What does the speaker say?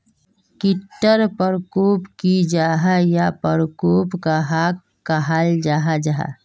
कीट टर परकोप की जाहा या परकोप कहाक कहाल जाहा जाहा?